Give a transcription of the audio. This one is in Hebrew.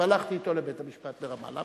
והלכתי אתו לבית-המשפט ברמאללה,